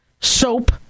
soap